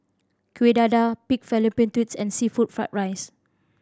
Kuih Dadar pig fallopian tubes and seafood fried rice